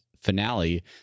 finale